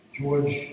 George